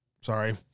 Sorry